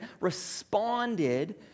responded